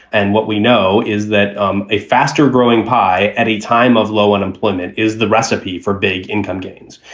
and what we know is that um a faster growing pie at a time of low unemployment is the recipe for big income gains.